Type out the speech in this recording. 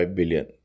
billion